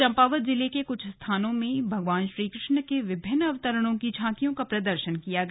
चंपावत जिले के कुछ स्थानों में भगवान श्रीकृष्ण के विभिन्न अवतरणों की झांकियों का प्रदर्शन किया गया